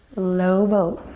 low boat.